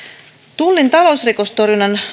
tullin talousrikostorjunnan